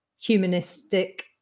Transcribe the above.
humanistic